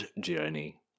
Journey